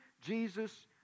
Jesus